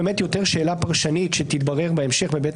בוקר טוב.